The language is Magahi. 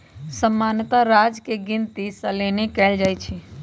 सामान्तः राजस्व के गिनति सलने कएल जाइ छइ